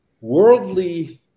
Worldly